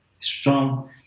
strong